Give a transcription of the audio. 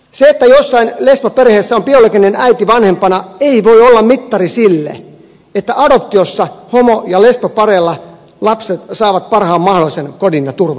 se että joissain lesboperheissä on biologinen äiti vanhempana ei voi olla mittari sille että adoptiossa homo ja lesbopareilla lapset saavat parhaan mahdollisen kodin ja turvan